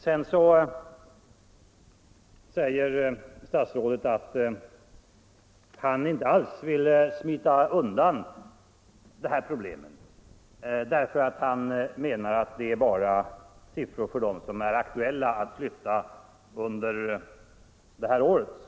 Sedan säger statsrådet att han inte alls vill smita undan det här problemet därför att han bara tar fram siffrorna för dem som är aktuella att flytta under det här året.